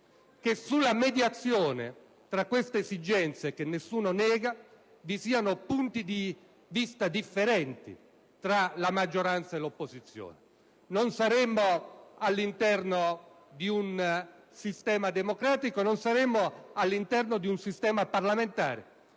che, nella mediazione tra queste esigenze, che nessuno nega, vi siano punti di vista differenti tra la maggioranza e l'opposizione. In caso contrario non saremmo all'interno di un sistema democratico, non saremmo all'interno di un sistema parlamentare.